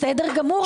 בסדר גמור,